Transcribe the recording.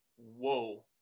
whoa